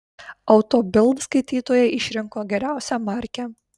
auto bild skaitytojai išrinko geriausią markę